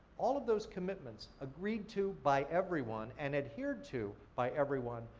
all of those commitments, agreed to by everyone and adhered to by everyone,